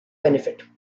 benefit